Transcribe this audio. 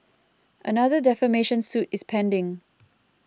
another defamation suit is pending